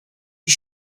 his